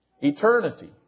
eternity